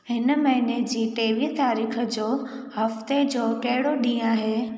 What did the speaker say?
हिन महिने जी टेवीह तारीख़ जो हफ़्ते जो कहिड़ो ॾींहुं आहे